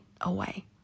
away